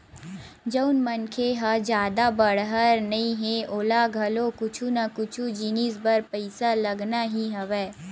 जउन मनखे ह जादा बड़हर नइ हे ओला घलो कुछु ना कुछु जिनिस बर पइसा लगना ही हवय